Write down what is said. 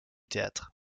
théâtre